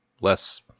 less